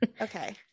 Okay